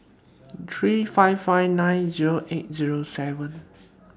three five five nine Zero eight Zero seven